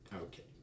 Okay